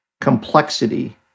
complexity